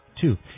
two